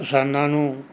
ਕਿਸਾਨਾ ਨੂੰ